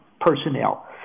personnel